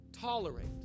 tolerate